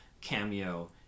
cameo